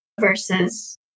versus